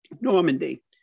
Normandy